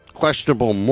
Questionable